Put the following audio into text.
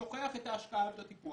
שוכח את ההשקעה והטיפוח,